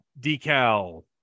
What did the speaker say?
decal